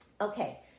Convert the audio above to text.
Okay